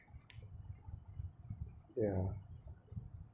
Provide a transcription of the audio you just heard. yeah